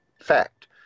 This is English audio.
fact